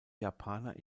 japaner